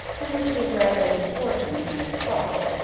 and which was rather a misfortune than her fault,